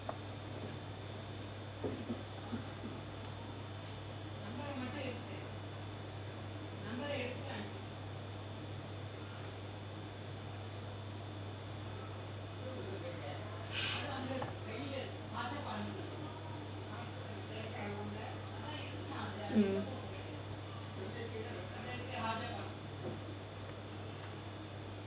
mm